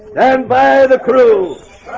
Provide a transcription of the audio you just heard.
and by the crews